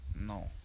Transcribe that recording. No